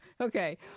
Okay